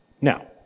Now